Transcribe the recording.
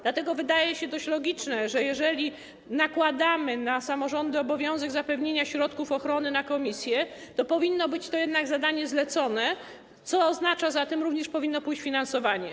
Dlatego wydaje się dość logiczne, że jeżeli nakładamy na samorządy obowiązek zapewnienia środków ochrony w siedzibach komisji, to powinno być to jednak zadanie zlecone, co oznacza, że za tym również powinno pójść finansowanie.